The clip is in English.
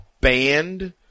banned